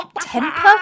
Temper